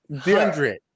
hundred